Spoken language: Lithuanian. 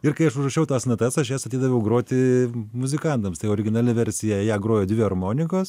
ir kai aš užrašiau tas natas aš jas atidaviau groti muzikantams tai originali versija ją grojo dvi armonikos